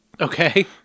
Okay